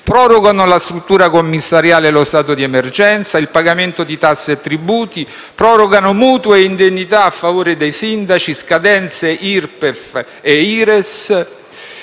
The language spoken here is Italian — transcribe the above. prorogano la struttura commissariale e lo stato di emergenza, il pagamento di tasse e tributi; prorogano mutui e indennità a favore dei sindaci, scadenze IRPEF e IRES;